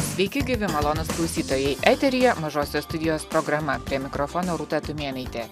sveiki gyvi malonūs klausytojai eteryje mažosios studijos programa prie mikrofono rūta tumėnaitė